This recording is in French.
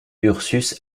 ursus